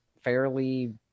fairly